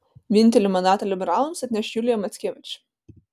vienintelį mandatą liberalams atneš julija mackevič